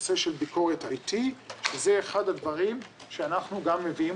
נושא של ביקורת זה אחד הדברים שאנחנו גם מביאים